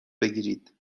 بگیرید